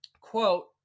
quote